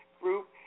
group